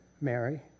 Mary